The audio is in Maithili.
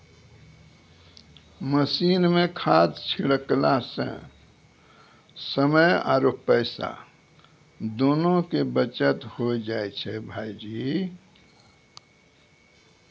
मशीन सॅ खाद छिड़कला सॅ समय आरो पैसा दोनों के बचत होय जाय छै भायजी